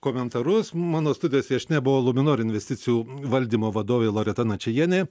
komentarus mano studijos viešnia buvo luminor investicijų valdymo vadovė loreta načajienė